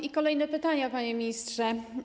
I kolejne pytania, panie ministrze.